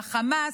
והחמאס,